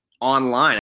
online